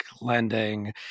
lending